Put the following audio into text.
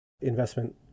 investment